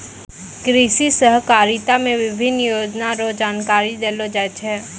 कृषि सहकारिता मे विभिन्न योजना रो जानकारी देलो जाय छै